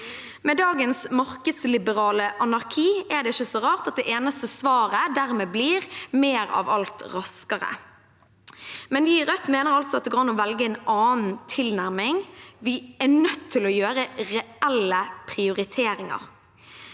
Med dagens markedsliberale anarki er det ikke så rart at det eneste svaret dermed blir mer av alt, raskere. Vi i Rødt mener altså at det går an å velge en annen tilnærming. Vi er nødt til å gjøre reelle prioriteringer.